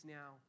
now